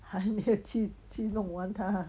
还没有去去弄完它